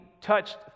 touched